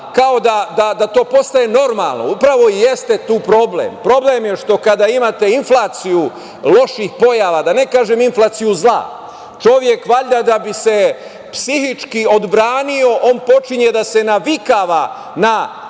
kao da to postaje normalno. Upravo to i jeste problem. Problem je što kada imate inflaciju loših pojava, da ne kažem inflaciju zla, čovek valjda da bi se psihički odbranio on počinje da se navikava te